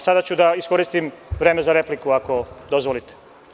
Sada ću da iskoristim vreme za repliku, ako dozvolite.